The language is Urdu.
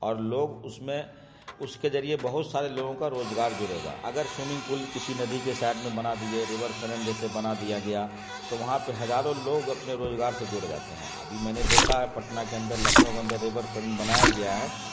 اور لوگ اس میں اس کے ذریعے بہت سارے لوگوں کا روجگار جڑے گا اگر سوئمنگ پول کسی ندی کے سائڈ میں بنا دیے ریور فرنٹ جیسے بنا دیا گیا تو وہاں پہ ہزاروں لوگ اپنے روزگار سے جڑ جاتے ہیں ابھی میں نے دیکھا ہے پٹنہ کے اندر لکھنؤ کے اندر ریور فرنٹ بنایا گیا ہے